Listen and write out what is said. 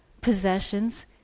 possessions